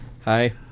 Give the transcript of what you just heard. Hi